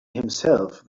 himself